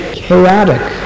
chaotic